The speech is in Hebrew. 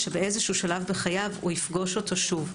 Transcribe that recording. שבשלב כלשהו בחייו הוא יפגוש אותו שוב.